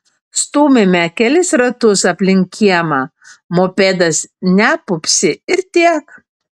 stūmėme kelis ratus aplink kiemą mopedas nepupsi ir tiek